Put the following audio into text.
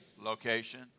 Location